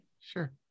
sure